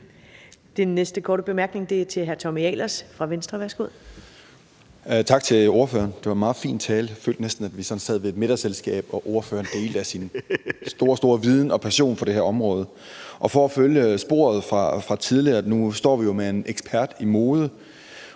Venstre. Værsgo. Kl. 12:48 Tommy Ahlers (V): Tak til ordføreren. Det var en meget fin tale. Jeg følte næsten, at vi sådan sad ved et middagsselskab og ordføreren delte ud af sin store, store viden om og passion for det her område. For at følge sporet fra tidligere – og nu står vi jo med en ekspert i mode